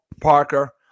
Parker